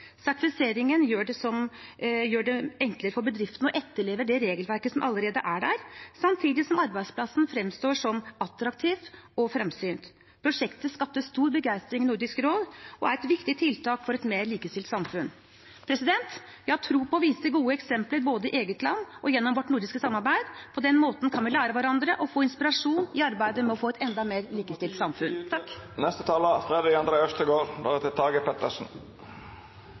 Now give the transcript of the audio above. Sertifiseringen gjør det enklere for bedriftene å etterleve det regelverket som allerede er der, samtidig som arbeidsplassen fremstår som attraktiv og fremsynt. Prosjektet skapte stor begeistring i Nordisk råd og er et viktig tiltak for et mer likestilt samfunn. Jeg har tro på å vise til gode eksempler både i eget land og gjennom vårt nordiske samarbeid. På den måten kan vi lære av hverandre og få inspirasjon i arbeidet med å få et enda mer likestilt samfunn.